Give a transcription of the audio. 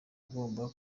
agomba